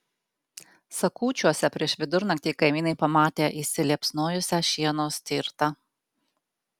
sakūčiuose prieš vidurnaktį kaimynai pamatė įsiliepsnojusią šieno stirtą